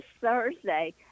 Thursday